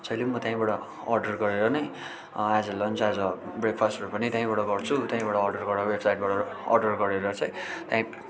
जहिले पनि म त्यहीँबाट अर्डर गरेर नै as a lunch as a ब्रेकफ्रास्टहरू पनि त्यहीँबाट गर्छु त्यहीँबाट अर्डरबाट वेबसाइडबाट अर्डर गरेर चाहिँ त्यहीँ